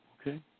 Okay